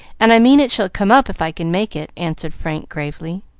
and i mean it shall come up if i can make it, answered frank, gravely.